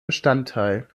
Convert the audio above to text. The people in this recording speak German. bestandteil